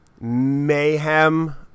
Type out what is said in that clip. mayhem